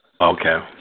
Okay